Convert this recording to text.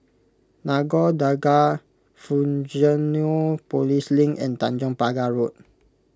Nagore Dargah Fusionopolis Link and Tanjong Pagar Road